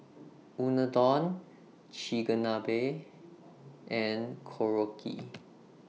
Unadon Chigenabe and Korokke